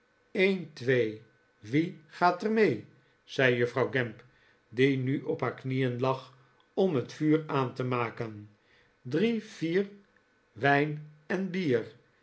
een twee wie gaat er mee zei juffrouw gamp die nu op haar knieen lag om het vuur aan te maken drie vier wijn en bier